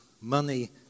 money